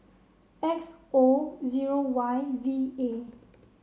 X O zero Y V A